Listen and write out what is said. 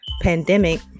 pandemic